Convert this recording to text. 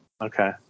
Okay